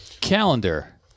calendar